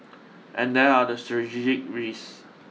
and there are the strategic risks